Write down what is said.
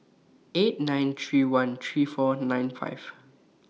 eight nine three one three four nine five